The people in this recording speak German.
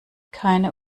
keine